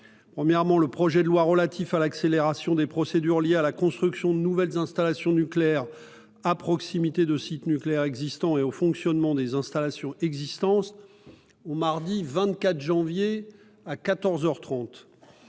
solennel sur le projet de loi relatif à l'accélération des procédures liées à la construction de nouvelles installations nucléaires à proximité de sites nucléaires existants et au fonctionnement des installations existantes au mardi 24 janvier à